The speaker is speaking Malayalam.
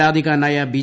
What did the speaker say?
പരാതിക്കാരനായ ബി